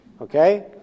okay